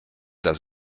das